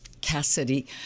Cassidy